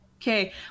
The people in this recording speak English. okay